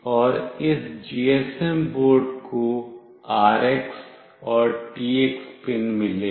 और इस GSM board को RX और TX पिन मिले हैं